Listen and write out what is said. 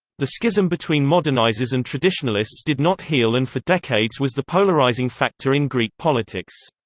the schism between modernizers and traditionalists did not heal and for decades was the polarizing factor in greek politics.